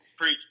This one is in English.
Preach